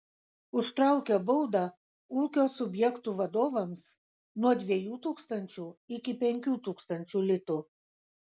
užtraukia baudą ūkio subjektų vadovams nuo dviejų tūkstančių iki penkių tūkstančių litų